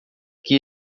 que